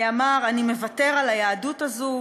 הוא אמר: אני מוותר על היהדות הזאת.